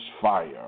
fire